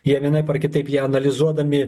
jie vienaip ar kitaip ją analizuodami